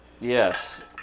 yes